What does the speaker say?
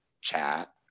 chat